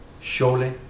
Surely